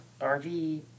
RV